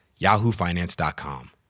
YahooFinance.com